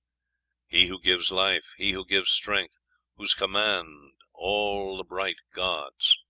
he who gives life he who gives strength whose command all the bright gods